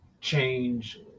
change